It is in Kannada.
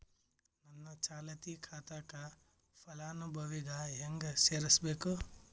ನನ್ನ ಚಾಲತಿ ಖಾತಾಕ ಫಲಾನುಭವಿಗ ಹೆಂಗ್ ಸೇರಸಬೇಕು?